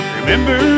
Remember